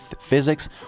Physics